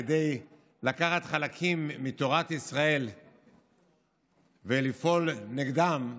כדי לקחת חלקים מתורת ישראל ולפעול נגדם,